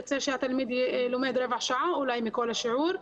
יוצא שהתלמיד לומד רבע שעה אולי מכל השיעור.